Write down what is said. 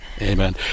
Amen